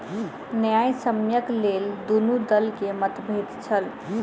न्यायसम्यक लेल दुनू दल में मतभेद छल